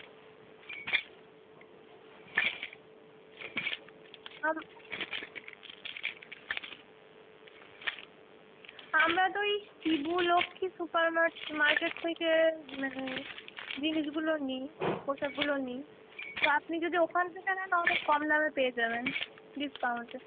আম আমরা তো ওই Shibu Lakshmi super mart market থেকে মানে জিনিসগুলো নিই পোশাকগুলো নিই তো আপনি যদি ওখান থেকে নেন অনেক কম দামে পেয়ে যাবেন ডিসকাউন্টে